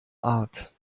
art